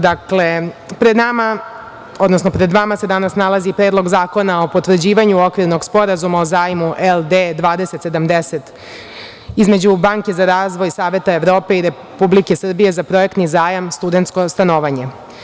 Dakle, pred vama se danas nalazi Predlog zakona o potvrđivanju okvirnog Sporazuma o zajmu LD 2070, između Banke za razvoj saveta Evrope i Republike Srbije za projektni zajam studentsko stanovanje.